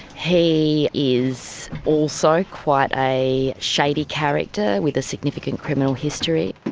he is also quite a shady character with a significant criminal history.